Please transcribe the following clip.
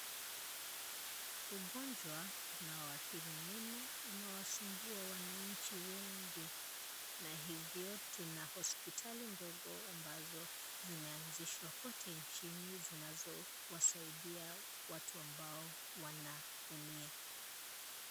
Ugonjwa unaoadhiri meno, unawasumbua wananchi wengi, na hivyo tuna hospitali ndogo ambazo zimeanzishwa kote nchini, zinazo wasaidia watu ambao wanaumia.